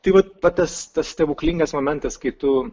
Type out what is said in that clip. tai vat tas tas stebuklingas momentas kai tu